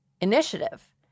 initiative